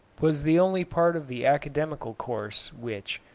was the only part of the academical course which,